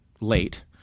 late